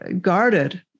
guarded